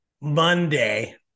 Monday